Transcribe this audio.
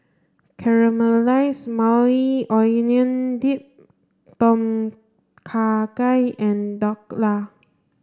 Caramelized Maui Onion Dip Tom Kha Gai and Dhokla